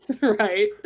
right